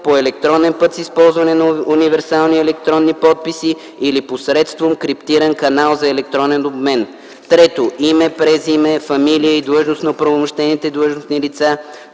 по електронен път с използване на универсални електронни подписи или посредством криптиран канал за електронен обмен; 3. име, презиме, фамилия и длъжност на оправомощените длъжностни лица,